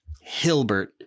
Hilbert